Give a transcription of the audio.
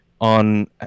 on